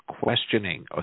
questioning